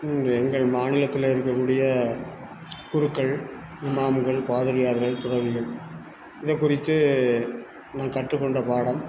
இன்று எங்கள் மாநிலத்தில் இருக்கக்கூடிய குருக்கள் இமாம்கள் பாதிரியார்கள் துறவிகள் இதை குறித்து நான் கற்று கொண்ட பாடம்